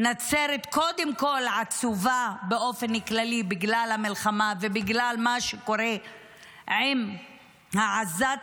נצרת קודם כול עצובה באופן כללי בגלל המלחמה ובגלל מה שקורה עם העזתים,